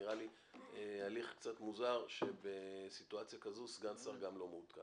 נראה לי הליך קצת מוזר שבסיטואציה כזו סגן שר גם לא מעודכן.